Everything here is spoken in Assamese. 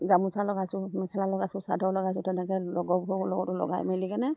গামোচা লগাইছোঁ মেখেলা লগাইছোঁ চাদৰ লগাইছোঁ তেনেকৈ লগৰবোৰৰ লগতো লগাই মেলি কেনে